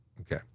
Okay